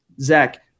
Zach